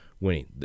winning